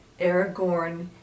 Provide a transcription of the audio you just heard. Aragorn